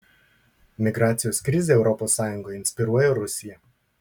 migracijos krizę europos sąjungoje inspiruoja rusija